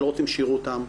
שלא רוצים שיראו אותם,